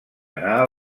anar